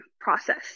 process